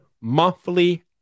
monthly